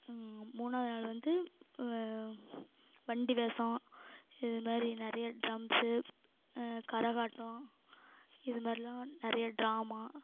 மூணாவது நாள் வந்து வண்டி வேசம் இது மாரி நிறைய ட்ரம்ஸு கரகாட்டம் இது மாதிரிலாம் நிறைய ட்ராமா